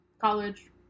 college